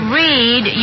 read